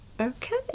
okay